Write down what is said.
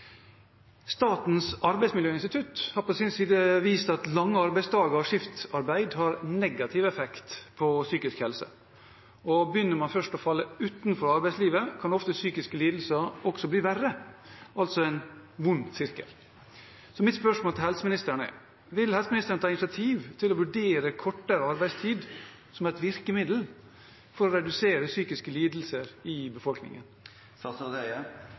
Statens arbeidsmiljøinstitutt har på sin side vist at lange arbeidsdager og skiftarbeid har negativ effekt på psykisk helse, og begynner man først å falle utenfor arbeidslivet, kan ofte psykiske lidelser også bli verre – altså en ond sirkel. Så mitt spørsmål til helseministeren er: Vil helseministeren ta initiativ til å vurdere kortere arbeidstid som et virkemiddel for å redusere psykiske lidelser i